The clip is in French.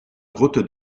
route